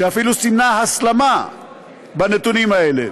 שאפילו סימנה הסלמה בנתונים האלה,